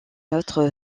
autre